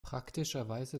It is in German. praktischerweise